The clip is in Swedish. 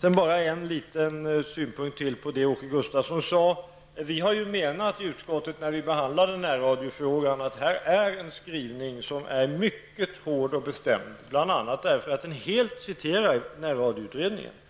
Låt mig ytterligare framföra en synpunkt på det Åke Gustavsson sade. När vi behandlade närradiofrågan i utskottet framhöll vi att det fanns en mycket hård och bestämd skrivning, därför att den bl.a. utgör ett citat av det närradioutredningen säger.